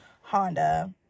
Honda